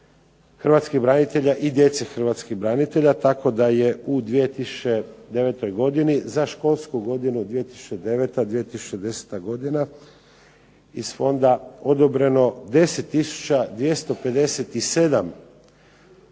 Hrvatskih branitelja i djece Hrvatskih branitelja. Tako da je u 2009. godini za školsku godinu 2009./2010. godine iz fonda odobreno 10 tisuća